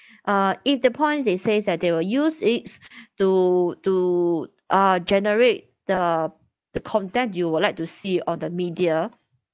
uh if the points they says that they will use it to to uh generate the the content you would like to see on the media